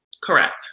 Correct